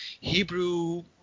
Hebrew